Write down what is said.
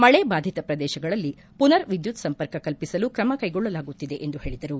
ಮಳೆ ಬಾಧಿತ ಪ್ರದೇಶಗಳಲ್ಲಿ ಪುನರ್ ವಿದ್ಯುತ್ ಸಂಪರ್ಕ ಕಲ್ಪಿಸಲು ಕ್ರಮಕ್ಕೆಗೊಳ್ಳಲಾಗುತ್ತಿದೆ ಎಂದು ಹೇಳಿದರು